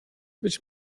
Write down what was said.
być